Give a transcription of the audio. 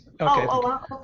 okay